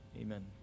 Amen